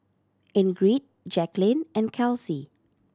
Ingrid Jacqueline and Kelsea